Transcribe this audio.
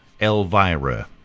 Elvira